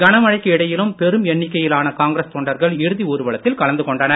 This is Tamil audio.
கனமழைக்கு இடையிலும் பெரும் எண்ணிக்கையிலான காங்கிரஸ் தொண்டர்கள் இறுதி ஊர்வலத்தில் கலந்து கொண்டனர்